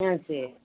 ஆ சரி